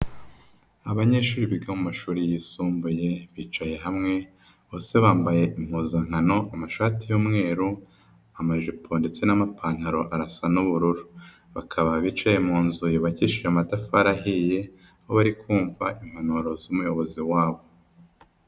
Abanyeshuri biga mu mashuri yisumbuye bicaye hamwe bose bambaye impuzankano amashati y'umweru, amajipo ndetse n'amapantaro arasa n'ubururu. Bakaba bicaye mu nzu yubakishije amatafari ahiye aho bari kumva impanuro z'umuyobozi wabo.